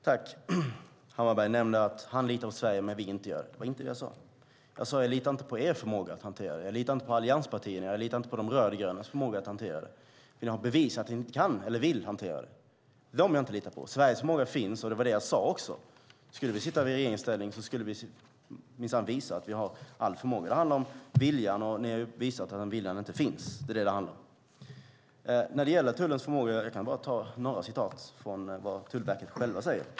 Fru talman! Hammarbergh nämner att han litar på Sverige men att vi inte gör det. Det var inte det jag sade. Jag sade att jag inte litar på er förmåga att hantera det. Jag litar inte på allianspartierna. Jag litar inte på de rödgrönas förmåga att hantera det. Ni har bevisat att ni inte kan eller vill hantera det. Det är er jag inte litar på. Sveriges förmåga finns. Det var också det jag sade. Skulle vi sitta i regeringsställning skulle vi minsann visa att vi har all förmåga. Det handlar om viljan, och ni har visat att viljan inte finns. Det är det som det handlar om. När det gäller tullens förmåga kan jag bara nämna vad Tullverket självt säger.